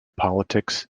politics